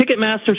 Ticketmaster